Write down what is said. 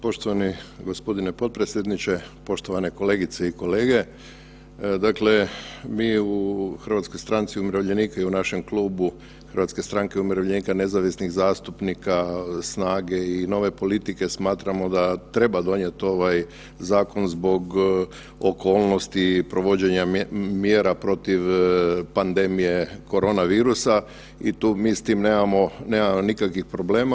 Poštovani gospodine potpredsjedniče, poštovane kolegice i kolege, dakle mi u Hrvatskoj stanici umirovljenika i u našem Klubu Hrvatske stranke umirovljenika, nezavisnih zastupnika, SNAGE i Nove politike smatramo da treba donijeti ovaj zakon zbog okolnosti provođenja mjera protiv pandemije korona virusa i tu mi s tim nemamo nikakvih problema.